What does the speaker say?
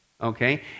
okay